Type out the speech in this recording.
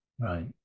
Right